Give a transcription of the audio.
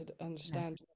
understand